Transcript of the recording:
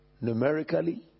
numerically